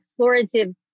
explorative